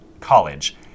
college